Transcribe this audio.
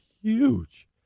huge